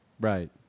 Right